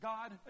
God